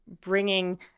bringing